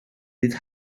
bydd